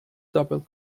double